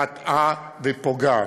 מטעה ופוגעת.